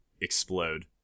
explode